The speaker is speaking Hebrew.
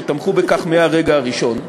שתמכו בכך מהרגע הראשון.